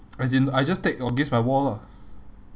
as in I just against my wall lah